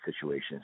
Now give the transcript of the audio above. situations